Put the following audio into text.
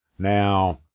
Now